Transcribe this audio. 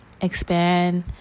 expand